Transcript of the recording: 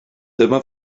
dyma